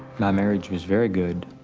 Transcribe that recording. my marriage was very good,